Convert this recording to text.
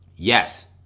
Yes